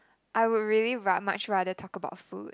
I would really ra~ much rather talk about food